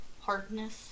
hardness